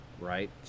Right